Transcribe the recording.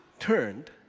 turned